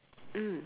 mm